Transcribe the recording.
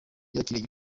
yakiriye